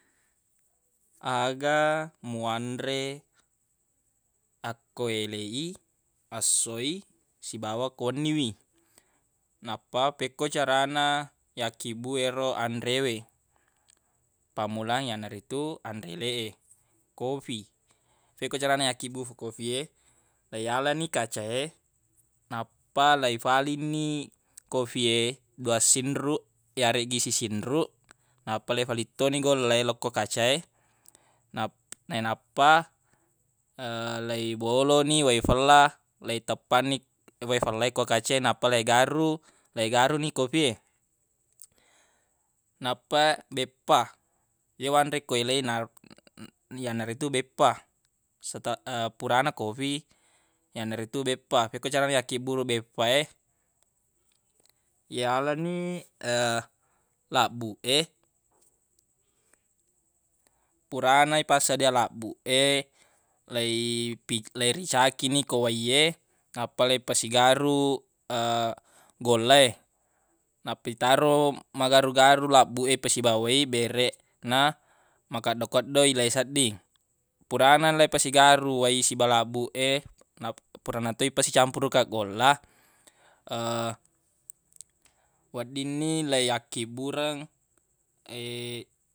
Aga muanre akko eleq i assoi sibawa ko wenni wi nappa pikkoi carana yakkibbu ero anre we pammulang yanaritu anre eleq e kofi fekko carana yakkibbu kofi e le yalani kaca e naenappa leifalinni kofi e duassinruq yareggi sisinruq nappa leifaling toni golla e lo ko kaca e nap- nappa leiboloni wai fella leiteppanni wai fella e ko kaca e nappa leigaru leigaruni kofi e nappa beppa le wanre ko eleq i na- yanaritu beppa seta- purana kofi yanaritu beppa fekko carana yebbu ro beffa e yalani labbuq e purana ipasseddia labbuq e lei pi- leiricakini ko wai e nappa leipasigaru golla e nappa itaro magaru-garu labbuq e ipasiba wai bereq na makeddo-keddo leisedding purana leipasigaru wai siba labbuq e purana to leipasicampuruq golla wedding ni leiyakkibbureng.